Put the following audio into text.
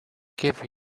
give